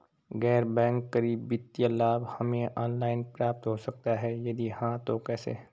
गैर बैंक करी वित्तीय लाभ हमें ऑनलाइन प्राप्त हो सकता है यदि हाँ तो कैसे?